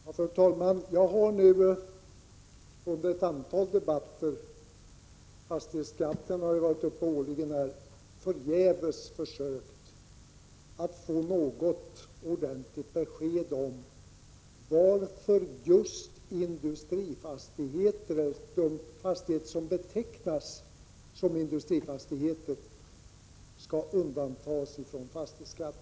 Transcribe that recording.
Fru talman! Jag har nu år efter år i ett antal debatter om fastighetsskatten förgäves försökt få något ordentligt besked om varför just de fastigheter som betecknas som industrifastigheter skall undantas från fastighetsskatt.